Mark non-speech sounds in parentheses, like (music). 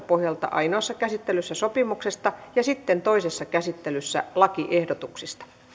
(unintelligible) pohjalta ainoassa käsittelyssä sopimuksesta ja sitten toisessa käsittelyssä lakiehdotuksista